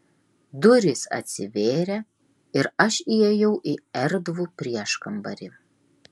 durys atsivėrė ir aš įėjau į erdvų prieškambarį